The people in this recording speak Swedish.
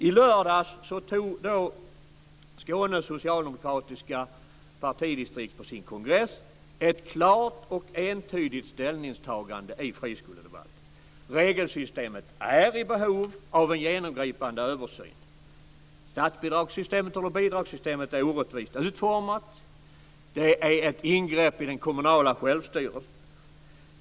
I lördags gjorde Skånes socialdemokratiska partidistrikt på sin kongress ett klart och entydigt ställningstagande i friskoledebatten. Regelsystemet är i behov av en genomgripande översyn. Bidragssystemet är orättvist utformat. Det är ett ingrepp i den kommunala självstyrelsen.